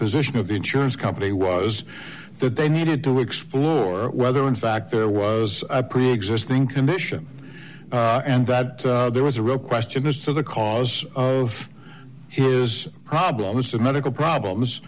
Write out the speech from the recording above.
position of the insurance company was that they needed to explore whether in fact there was a preexisting condition and that there was a real question as to the cause of his problems and medical problems